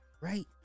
Right